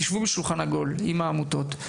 תשבו בשולחן עגול עם העמותות,